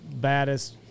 baddest